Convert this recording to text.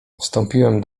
wstąpiłem